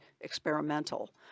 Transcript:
experimental